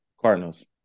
Cardinals